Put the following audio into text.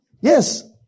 Yes